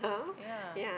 ya